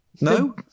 no